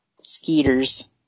skeeters